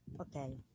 Okay